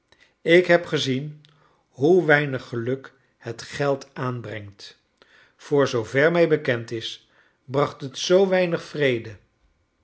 ik heb gezien hoe weinig geluk het geld aanbrengt voor zoover mij bekend j is braoht het zoo weinig vrede